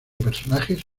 personajes